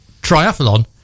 Triathlon